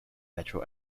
metro